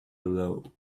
below